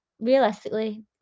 realistically